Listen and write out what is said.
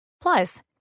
Plus